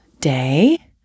day